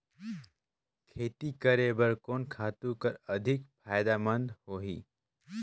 खेती करे बर कोन खातु हर अधिक फायदामंद होही?